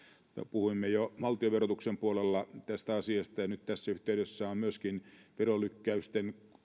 puhuimme jo valtion verotuksen puolella tästä asiasta ja tässä yhteydessä on myöskin veronlykkäysten